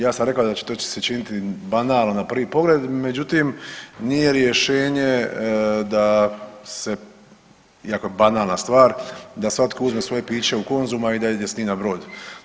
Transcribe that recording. Ja sam rekao da to će se činiti banalno na prvi pogled međutim nije rješenje da se iako je banalna stvar da svatko uzme svoje piće u Konzumu a i da ide s njim na brod.